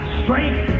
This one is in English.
strength